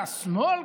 והשמאל,